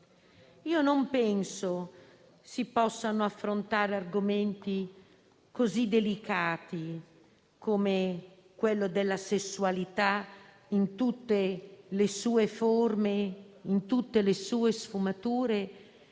Non penso si possano affrontare argomenti così delicati, come quello della sessualità in tutte le sue forme e sfumature,